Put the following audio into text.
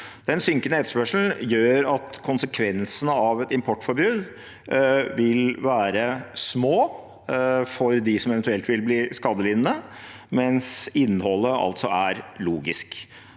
Den synkende etterspørselen gjør at konsekvensene av et importforbud vil være små for dem som eventuelt vil bli skadelidende, mens innholdet altså er logisk.